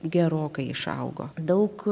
gerokai išaugo daug